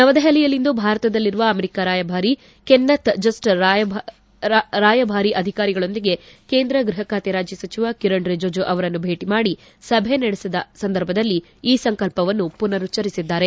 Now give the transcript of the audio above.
ನವದೆಹಲಿಯಲ್ಲಿಂದು ಭಾರತದಲ್ಲಿರುವ ಅಮೆರಿಕ ರಾಯಭಾರಿ ಕೆನ್ನೆತ್ ಜಸ್ಟರ್ ರಾಯಭಾರಿ ಅಧಿಕಾರಿಗಳೊಂದಿಗೆ ಕೇಂದ್ರ ಗೃಹ ಖಾತೆ ರಾಜ್ಯ ಸಚಿವ ಕಿರಣ್ ರಿಜಿಜೂ ಅವರನ್ನು ಭೇಟಿ ಮಾಡಿ ಸಭೆ ನಡೆಸಿದ ಸಂದರ್ಭದಲ್ಲಿ ಈ ಸಂಕಲ್ಪವನ್ನು ಪುನರುಚ್ಚರಿಸಿದ್ದಾರೆ